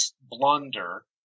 blunder